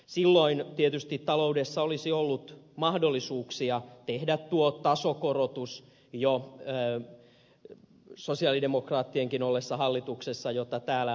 silloin tietysti taloudessa olisi ollut mahdollisuuksia tehdä tuo tasokorotus jo sosialidemokraattienkin ollessa hallituksessa jota täällä ed